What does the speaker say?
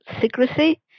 secrecy